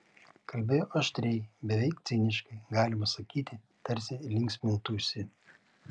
kalbėjo aštriai beveik ciniškai galima sakyti tarsi linksmintųsi